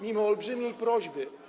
Mimo olbrzymiej prośby.